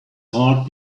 heart